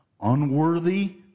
unworthy